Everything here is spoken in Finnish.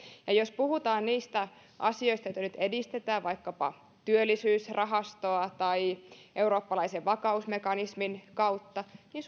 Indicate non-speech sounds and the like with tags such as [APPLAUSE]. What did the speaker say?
jos puhutaan niistä asioista joita nyt edistetään vaikkapa työllisyysrahaston tai eurooppalaisen vakausmekanismin kautta niin [UNINTELLIGIBLE]